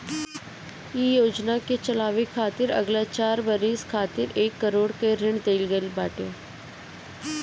इ योजना के चलावे खातिर अगिला चार बरिस खातिर एक करोड़ कअ ऋण देहल गईल बाटे